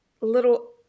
little